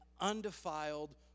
undefiled